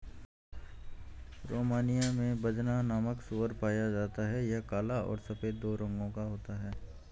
Romania में Bazna नामक सूअर पाया जाता है यह काला और सफेद दो रंगो का होता है